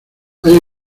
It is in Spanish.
hay